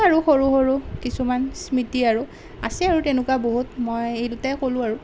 সেনেকুৱাই আৰু সৰু সৰু কিছুমান স্মৃতি আৰু আছে আৰু তেনেকুৱা বহুত মই এই দুটাই ক'লো আৰু